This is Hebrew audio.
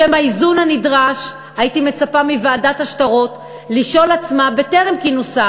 בשם האיזון הנדרש הייתי מצפה מוועדת השטרות לשאול עצמה בטרם כינוסה,